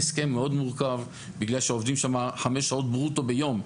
ההסכם מאוד מורכב בגלל שעובדים שם חמש שעות ברוטו ביום.